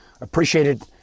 appreciated